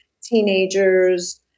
teenagers